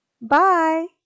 Bye